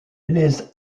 les